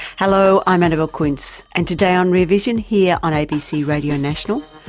hello, i'm annabelle quince and today on rear vision here on abc radio national,